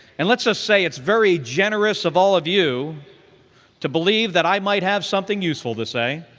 and let's just say it's very generous of all of you to believe that i might have something useful to say.